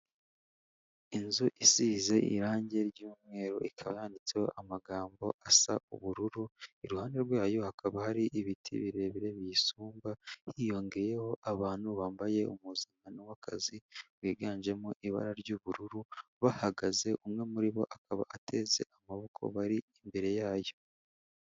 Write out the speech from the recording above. Inzu isize irangi ry'umweru ikaba yanditseho amagambo asa ubururu, iruhande rwayo hakaba hari ibiti birebire biyisumba hiyongeyeho abantu bambaye umpuzankano w'akazi wiganjemo ibara ry'ubururu bahagaze, umwe muri bo akaba ateze amaboko bari imbere yayo.